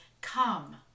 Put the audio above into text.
come